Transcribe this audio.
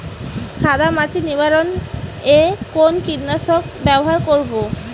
সাদা মাছি নিবারণ এ কোন কীটনাশক ব্যবহার করব?